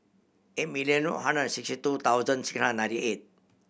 eight million one hundred sixty two thousand six hundred ninety eight